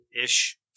ish